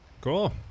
Cool